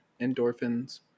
Endorphins